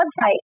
website